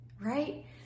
right